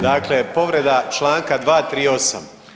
Dakle, povreda čl. 238.